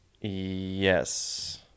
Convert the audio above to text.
Yes